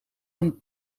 een